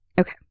Okay